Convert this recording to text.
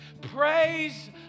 praise